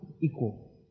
equal